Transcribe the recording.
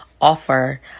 offer